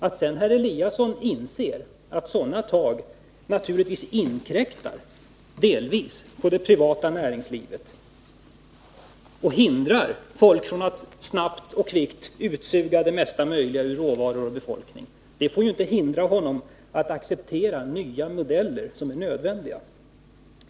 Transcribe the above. Att sedan herr Eliasson inser att sådana tag naturligtvis delvis inkräktar på det privata näringslivet och hindrar folk från att snabbt suga ut det mesta möjliga ur råvaror och befolkning får inte hindra honom från att acceptera nya modeller som är nödvändiga.